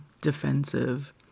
defensive